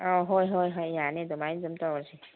ꯑꯧ ꯍꯣꯏ ꯍꯣꯏ ꯍꯣꯏ ꯇꯥꯅꯤ ꯑꯗꯨꯃꯥꯏꯅ ꯑꯗꯨꯝ ꯇꯧꯔꯁꯤ